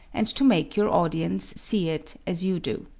and to make your audience see it as you do.